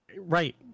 right